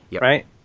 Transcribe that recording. right